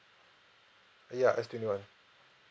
uh ya S twenty one